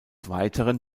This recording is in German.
weiteren